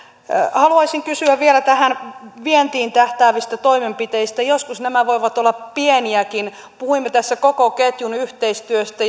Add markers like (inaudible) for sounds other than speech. haluaisin kysyä vielä vientiin tähtäävistä toimenpiteistä joskus nämä voivat olla pieniäkin puhuimme tässä koko ketjun yhteistyöstä (unintelligible)